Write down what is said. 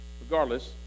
regardless